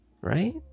right